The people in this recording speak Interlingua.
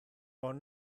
bon